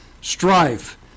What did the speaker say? Strife